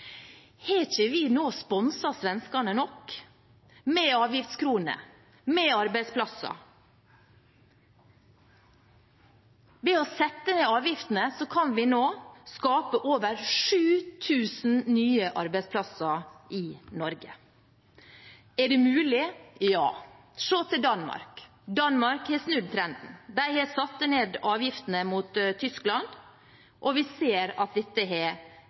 Har vi ikke sponset svenskene nok – med avgiftskroner, med arbeidsplasser? Ved å sette ned avgiftene kan vi nå skape over 7 000 nye arbeidsplasser i Norge. Er det mulig? Ja. Se til Danmark. Danmark har snudd trenden. De har satt ned avgiftene mot Tyskland, og vi ser at dette har